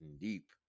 deep